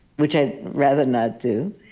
which i'd rather not do.